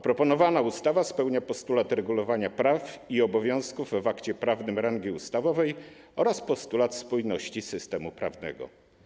Proponowana ustawa spełnia postulat regulowania praw i obowiązków w akcie prawnym rangi ustawowej oraz postulat spójności systemu prawnego.